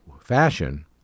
fashion